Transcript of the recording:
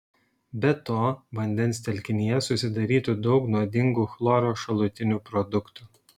be to vandens telkinyje susidarytų daug nuodingų chloro šalutinių produktų